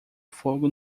fogo